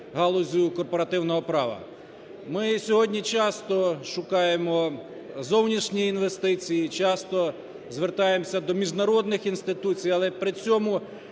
галуззю корпоративного права. Ми сьогодні часто шукаємо зовнішні інвестиції, часто звертаємося до міжнародних інституцій, але при цьому